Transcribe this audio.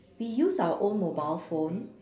we use our own mobile phone